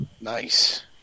Nice